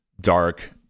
dark